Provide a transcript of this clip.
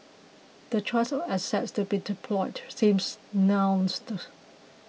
the choice of assets to be deployed seems nuanced